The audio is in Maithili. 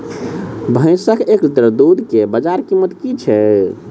भैंसक एक लीटर दुध केँ बजार कीमत की छै?